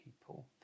people